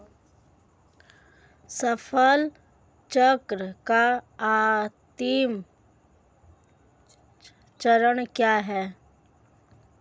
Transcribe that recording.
फसल चक्र का अंतिम चरण क्या है?